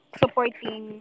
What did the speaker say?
supporting